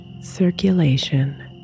circulation